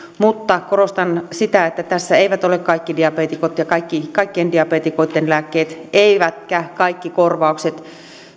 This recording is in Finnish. mutta korostan sitä että tässä eivät ole kaikki diabeetikot ja kaikkien diabeetikoiden lääkkeet eivätkä kaikki korvaukset